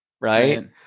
Right